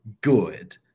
good